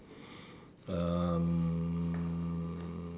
um